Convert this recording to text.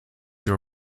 your